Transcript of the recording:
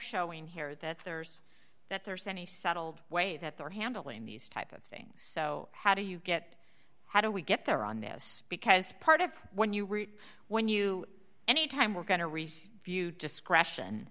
showing here that there's that there's any settled way that they're handling these type of things so how do you get how do we get there on this because part of when you were when you anytime were going to receive view discretion